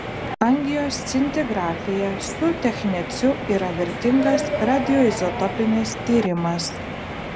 angioscintigrafija su techneciu yra vertingas radioizotopinis tyrimas